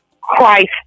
Christ